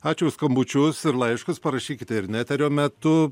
ačiū už skambučius ir laiškus parašykite ir ne eterio metu